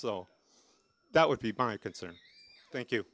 so that would be by concerned thank you